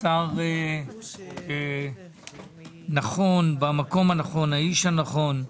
שר נכון במקום הנכון, האיש הנכון.